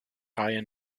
higher